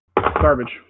garbage